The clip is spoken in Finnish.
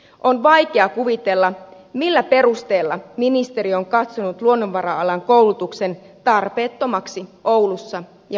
on vaikea kuvitella millä perusteella ministeriö on katsonut luonnonvara alan koulutuksen tarpeettomaksi oulussa ja pohjois pohjanmaalla